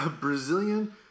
Brazilian